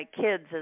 kids